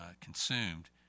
consumed